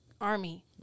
army